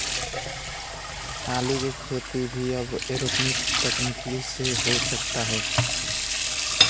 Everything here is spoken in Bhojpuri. आलू के खेती भी अब एरोपोनिक्स तकनीकी से हो सकता